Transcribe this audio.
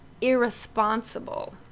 irresponsible